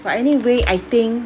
but anyway I think